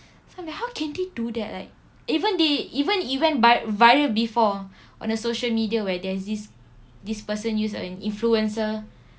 so I'm like how can they do that like even they even it went viral before on a social media where there's this this person use a influencer